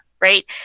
right